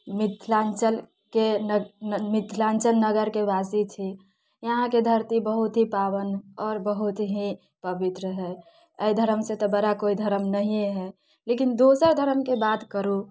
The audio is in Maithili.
मिथिलाञ्चलके ने मिथिलाञ्चल नगरके वासी छी यहाँके धरती बहुत ही पावन आओर बहुत ही पवित्र हय अइ धरमसँ तऽ बड़ा कोइ धर्म नहिये हय लेकिन दोसर धर्मके बात करू